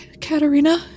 Katerina